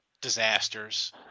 disasters